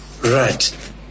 Right